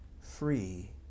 free